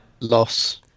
Loss